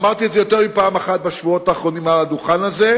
אמרתי את זה יותר מפעם אחת בשבועות האחרונים על הדוכן הזה,